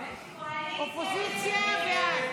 הסתייגות 652 לא נתקבלה.